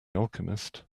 alchemist